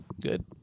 good